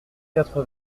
quatre